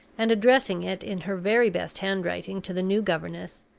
and addressing it in her very best handwriting to the new governess,